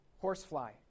horsefly